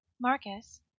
Marcus